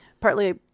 partly